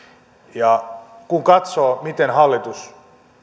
kun katsoo miten hallitus